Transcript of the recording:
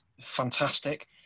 fantastic